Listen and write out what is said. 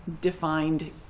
defined